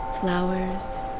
flowers